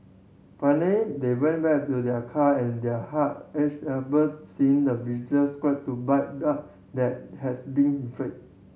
finally they went back to their car and their heart ached upon seeing the scratch to bite that has been inflict